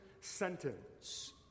sentence